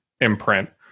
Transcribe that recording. imprint